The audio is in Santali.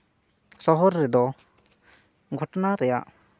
ᱥᱚᱦᱚᱨ ᱨᱮᱫᱚ ᱜᱷᱚᱴᱚᱱᱟ ᱨᱮᱭᱟᱜ